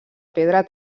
pedra